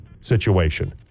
situation